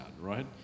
right